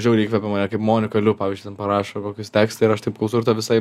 žiauriai įkvepia mane kaip monika liu pavyzdžiui ten parašo kokius tekstą ir aš taip klausau ir ta visa